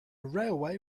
railway